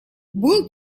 был